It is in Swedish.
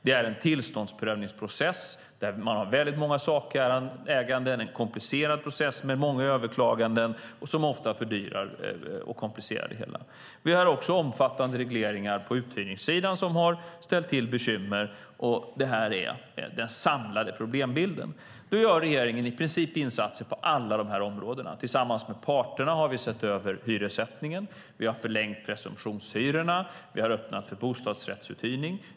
Det är en tillståndsprövningsprocess där man har väldigt många sakägare, en komplicerad process med många överklaganden som ofta fördyrar och komplicerar det hela. Vi har också omfattande regleringar på uthyrningssidan som har ställt till bekymmer. Det är den samlade problembilden. Regeringen gör i princip insatser på alla de här områdena. Tillsammans med parterna har vi sett över hyressättningen. Vi har förlängt presumtionshyrorna. Vi har öppnat för bostadsrättsuthyrning.